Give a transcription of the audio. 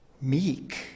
meek